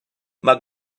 mae